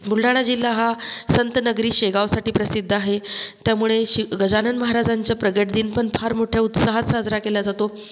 बुलढाणा जिल्हा हा संतनगरी शेगावसाठी प्रसिद्ध आहे त्यामुळे शीग गजानन महाराजांचं प्रगट दिन पण फार मोठ्या उत्साहात साजरा केला जातो